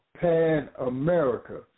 Pan-America